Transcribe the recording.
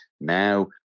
Now